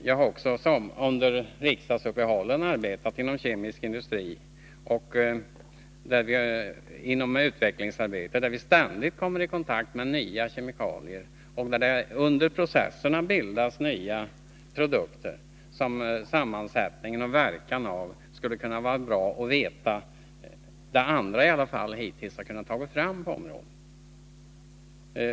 Jag har också under riksdagsuppehållen arbetat med utvecklingsarbete inom kemisk industri. Där kommer man ständigt i kontakt med nya kemikalier, och under processerna bildas det nya produkter. Då skulle det vara bra att veta vad andra hittills kunnat ta fram beträffande sammansättning och verkan av dessa produkter.